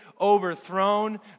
overthrown